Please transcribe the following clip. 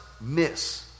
miss